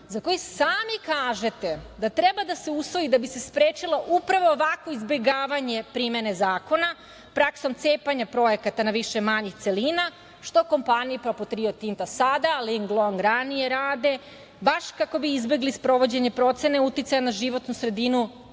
za koji sami kažete da treba da se usvoji da bi se sprečilo upravo, ovakvo izbegavanje primene zakona, praksom cepanja projekata na više manjih celina, što kompaniji poput Rio Tinta sada, a Linglong ranije, baš kako bi izbegli sprovođenje ocene uticaja na životnu sredinu